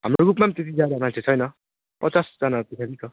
हाम्रो ग्रुपमा पनि त्यतिजना मान्छे छैन पचासजना जति खालि छ